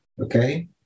okay